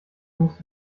musst